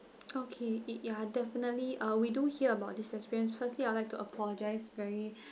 okay it ya definitely ah we do hear about this experience firstly I would like to apologise very